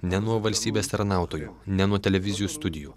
ne nuo valstybės tarnautojų ne nuo televizijų studijų